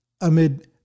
amid